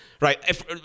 Right